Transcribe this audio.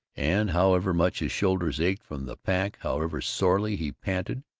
and however much his shoulders ached from the pack, however sorely he panted,